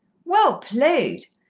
well played!